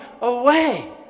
away